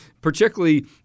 particularly